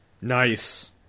Nice